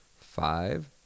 five